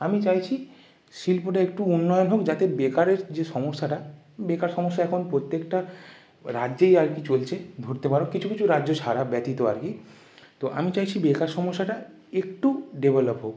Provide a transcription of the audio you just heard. আমি চাইছি শিল্পটা একটু উন্নয়ন হোক যাতে বেকারের যে সমস্যাটা বেকার সমস্যা এখন প্রত্যেকটা রাজ্যেই আর কি চলছে ধরতে পারো কিছু কিছু রাজ্য ছাড়া ব্যতীত আর কি তো আমি চাইছি বেকার সমস্যাটা একটু ডেভেলপ হোক